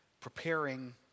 preparing